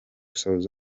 south